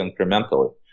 incrementally